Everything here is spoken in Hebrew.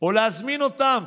או להזמין אותם,